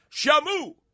Shamu